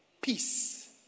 peace